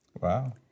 Wow